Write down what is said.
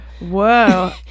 Whoa